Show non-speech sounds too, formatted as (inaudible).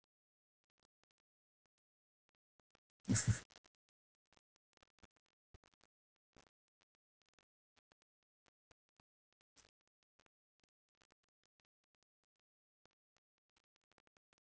(laughs)